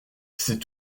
c’est